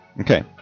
Okay